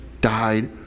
died